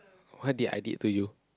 what did i did to you